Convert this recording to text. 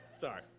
Sorry